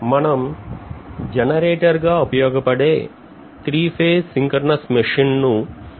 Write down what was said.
మనం జనరేటర్ గా ఉపయోగపడే త్రీఫేజ్ synchronous మెషి న్ని ఆల్టర్నేటర్ అని అంటాం